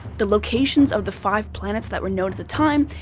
the locations of the five planets that were known at the time,